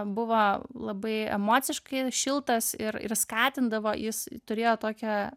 buvo labai emociškai šiltas ir ir skatindavo jis turėjo tokią